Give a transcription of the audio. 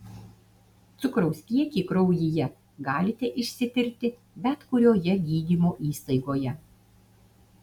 cukraus kiekį kraujyje galite išsitirti bet kurioje gydymo įstaigoje